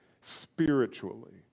spiritually